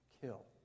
kill